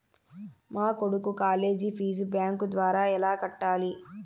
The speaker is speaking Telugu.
మా కొడుకు కాలేజీ ఫీజు బ్యాంకు ద్వారా ఎలా కట్టాలి?